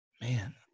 Man